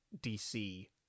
DC